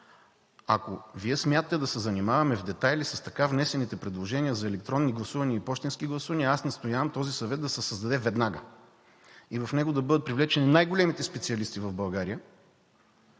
Ако Вие смятате да се занимаваме в детайли с така внесените предложения за електронни гласувания и пощенски гласувания, аз настоявам този съвет да се създаде веднага и в него да бъдат привлечени най големите специалисти в България,